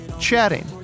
chatting